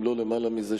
אם לא למעלה מזה,